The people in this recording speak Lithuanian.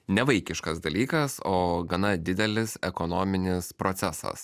nevaikiškas dalykas o gana didelis ekonominis procesas